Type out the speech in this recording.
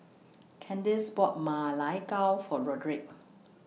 Candis bought Ma Lai Gao For Rodrick